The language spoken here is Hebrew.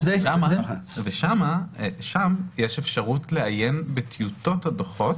שם יש אפשרות לעיין בטיוטות הדוחות.